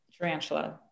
tarantula